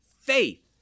faith